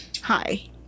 hi